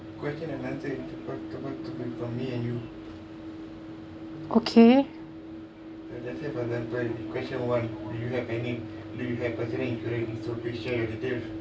okay